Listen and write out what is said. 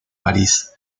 parís